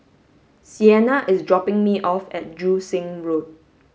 Siena is dropping me off at Joo Seng Road